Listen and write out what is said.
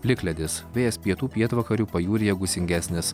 plikledis vėjas pietų pietvakarių pajūryje gūsingesnis